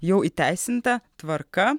jau įteisinta tvarka